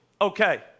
okay